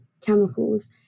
chemicals